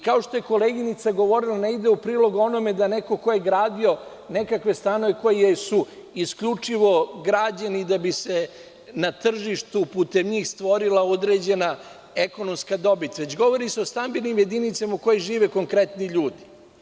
Kao što je koleginica govorila, negde u prilog onome, da neko ko je gradio nekakve stanove, koji su isključivo građeni da bi se na tržištu putem njih stvorila određena ekonomska dobit, već govori se o stambenim jedinicama u kojima žive konkretni ljudi.